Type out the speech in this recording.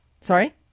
sorry